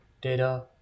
data